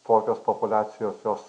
tokios populiacijos jos